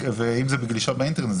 אם זה בגלישה באינטרנט,